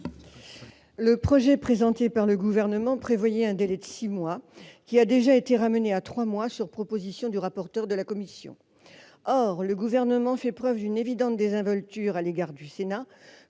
de loi présenté par le Gouvernement prévoyait un délai de six mois, qui a déjà été ramené à trois mois sur proposition du rapporteur de la commission spéciale. Or le Gouvernement fait preuve d'une évidente désinvolture à l'égard du Sénat,